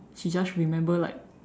she just remember like